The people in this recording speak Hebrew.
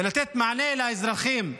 בלתת מענה לאזרחים.